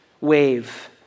wave